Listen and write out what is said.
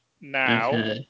now